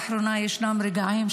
לאחרונה ישנם רגעים,